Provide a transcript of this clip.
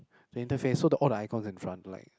the interface so the all the icon in front like